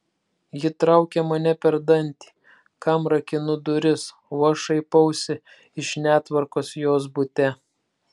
ji traukia mane per dantį kam rakinu duris o aš šaipausi iš netvarkos jos bute